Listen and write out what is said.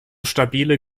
stabile